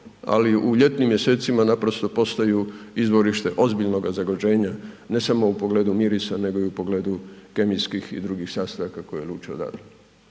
ali u ljetnim mjesecima naprosto postaju izvorište ozbiljnoga zagađenja, ne samo u pogledu mirisa, nego u pogledu kemijskih i drugih sastojaka koji luče odande